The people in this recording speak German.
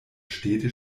städte